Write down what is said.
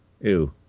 Ew